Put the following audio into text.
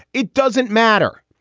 it doesn't matter,